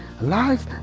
Life